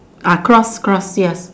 ah cross cross yes